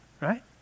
Right